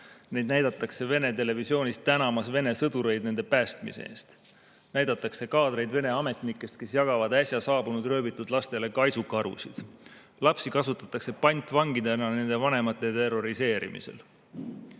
neid näidatakse Vene televisioonist tänamas Vene sõdureid nende päästmise eest. Näidatakse kaadreid Vene ametnikest, kes jagavad äsja saabunud röövitud lastele kaisukarusid. Lapsi kasutatakse pantvangidena nende vanemate terroriseerimisel. Ma